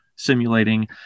simulating